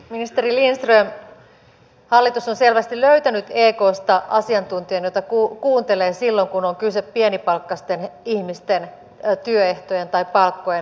ministeri lindström hallitus on selvästi löytänyt eksta asiantuntijan jota kuuntelee silloin kun on kyse pienipalkkaisten ihmisten työehtojen tai palkkojen heikentämisestä